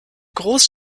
groß